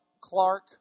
Clark